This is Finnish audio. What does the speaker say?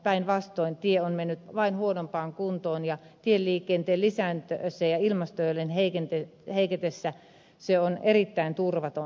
päinvastoin tie on mennyt vain huonompaan kuntoon ja tieliikenteen lisääntyessä ja ilmasto olojen heiketessä se on erittäin turvaton